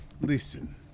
listen